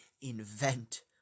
invent